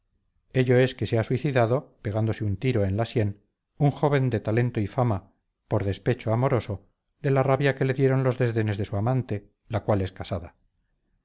ello es que se ha suicidado pegándose un tiro en la sien un joven de talento y fama por despecho amoroso de la rabia que le dieron los desdenes de su amante la cual es casada